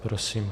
Prosím.